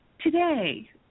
Today